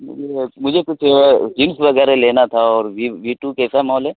مجھے کچھ جینس وغیرہ لینا تھا اور وی وی ٹو کیسا مال ہے